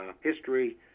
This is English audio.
history